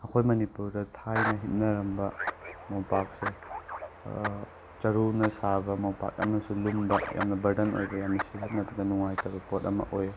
ꯑꯩꯈꯣꯏ ꯃꯅꯤꯄꯨꯔꯗ ꯊꯥꯏꯅ ꯍꯤꯞꯅꯔꯝꯕ ꯃꯣꯝꯄꯥꯛꯁꯦ ꯆꯔꯨꯅ ꯁꯥꯕ ꯃꯣꯝꯄꯥꯛ ꯌꯥꯝꯅꯁꯨ ꯂꯨꯝꯕ ꯌꯥꯝꯅ ꯕꯔꯗꯟ ꯑꯣꯏꯕ ꯌꯥꯝꯅ ꯁꯤꯖꯤꯟꯅꯕꯗ ꯅꯨꯉꯥꯏꯇꯕ ꯄꯣꯠ ꯑꯃ ꯑꯣꯏ